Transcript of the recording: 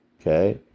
Okay